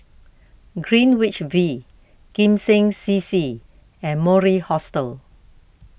Greenwich V Kim Seng C C and Mori Hostel